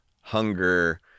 hunger